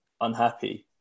unhappy